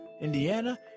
Indiana